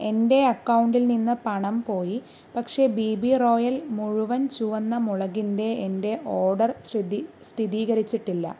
എന്റെ അക്കൗണ്ടിൽ നിന്ന് പണം പോയി പക്ഷേ ബീ ബീ റോയൽ മുഴുവൻ ചുവന്ന മുളകിന്റെ എന്റെ ഓഡർ സ്ഥിതി സ്ഥിതീകരിച്ചിട്ടില്ല